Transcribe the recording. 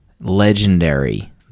legendary